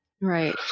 Right